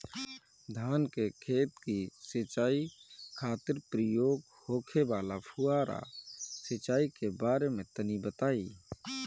धान के खेत की सिंचाई खातिर उपयोग होखे वाला फुहारा सिंचाई के बारे में तनि बताई?